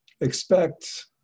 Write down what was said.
expect